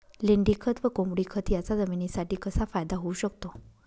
लेंडीखत व कोंबडीखत याचा जमिनीसाठी कसा फायदा होऊ शकतो?